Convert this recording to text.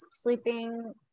sleeping